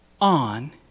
on